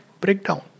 breakdown